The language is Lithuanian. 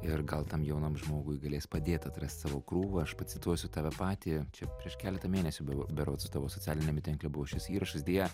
ir gal tam jaunam žmogui galės padėt atrasti savo krūvą aš pacituosiu tave patį čia prieš keletą mėnesių bero berods tavo socialiniame tinkle buvo šis įrašas deja